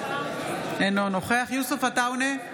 אינו נוכח יוסף עטאונה,